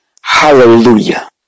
Hallelujah